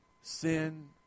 Sin